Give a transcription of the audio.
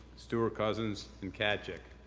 stewart-cousins, and tkaczyk.